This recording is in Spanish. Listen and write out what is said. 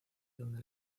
donde